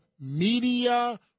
media